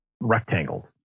rectangles